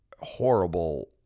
horrible